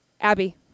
Abby